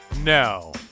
No